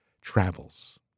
travels